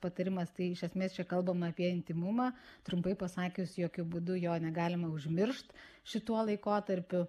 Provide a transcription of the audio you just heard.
patarimas tai iš esmės čia kalbama apie intymumą trumpai pasakius jokiu būdu jo negalima užmiršt šituo laikotarpiu